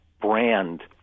brand